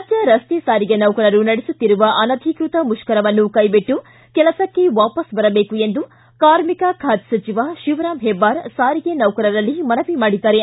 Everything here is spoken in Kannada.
ರಾಜ್ಯ ರಸ್ತೆ ಸಾರಿಗೆ ನೌಕರರು ನಡೆಸುತ್ತಿರುವ ಅನಧಿಕೃತ ಮುಷ್ಕರವನ್ನು ಕೈಬಿಟ್ಟು ಕೆಲಸಕ್ಕೆ ವಾಪಸ್ ಬರಬೇಕು ಎಂದು ಕಾರ್ಮಿಕ ಖಾತೆ ಸಚಿವ ಶಿವರಾಮ ಹೆಬ್ಬಾರ್ ಸಾರಿಗೆ ನೌಕರರಲ್ಲಿ ಮನವಿ ಮಾಡಿದ್ದಾರೆ